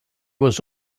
was